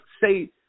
say